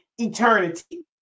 eternity